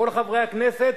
כל חברי הכנסת,